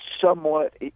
somewhat